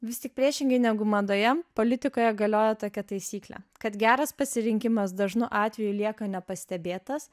vis tik priešingai negu madoje politikoje galioja tokia taisyklė kad geras pasirinkimas dažnu atveju lieka nepastebėtas